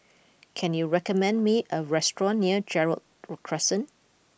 can you recommend me a restaurant near Gerald ot Crescent